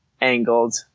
angled